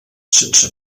sense